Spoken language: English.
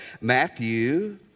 Matthew